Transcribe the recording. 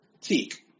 Teek